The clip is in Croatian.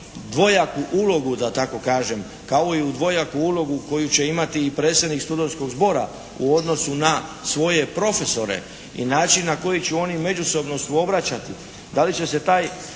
dvojaku ulogu da tako kažem kao i u dvojaku ulogu koju će imati predsjednik Studentskog zbora u odnosu na svoje profesore i način na koji će oni međusobno suobraćati.